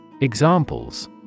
Examples